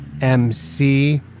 M-C